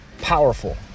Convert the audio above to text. powerful